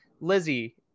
Lizzie